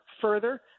further